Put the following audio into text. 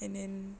and then